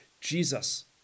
Jesus